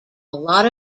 lot